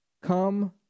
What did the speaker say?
Come